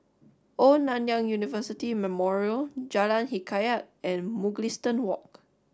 Old Nanyang University Memorial Jalan Hikayat and Mugliston Walk